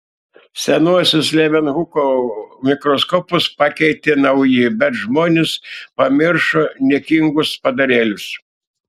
senuosius levenhuko mikroskopus pakeitė nauji bet žmonės pamiršo niekingus padarėlius